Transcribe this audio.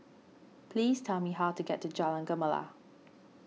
please tell me how to get to Jalan Gemala